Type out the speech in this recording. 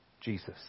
Jesus